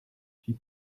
she